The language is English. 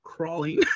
crawling